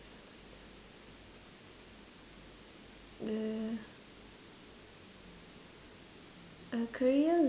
the a career